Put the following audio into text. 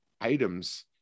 items